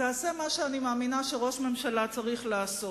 תעשה מה שאני מאמינה שראש ממשלה צריך לעשות.